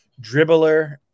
dribbler